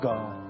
God